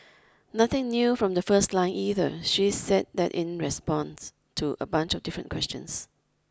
nothing new from the first line either she said that in response to a bunch of different questions